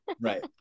Right